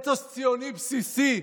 אתוס ציוני בסיסי,